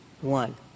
one